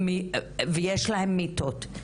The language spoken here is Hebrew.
ויש להם מיטות.